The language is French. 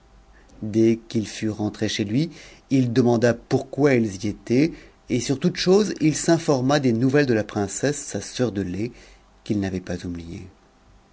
dès qu'il fut rentre chez lui il demanda pourquoi elles y étaient et sur toute chose il s'informa des nouvelles de la princesse sa sœur de lait qu'il n'avait pas